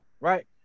Right